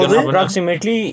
approximately